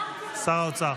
שר האוצר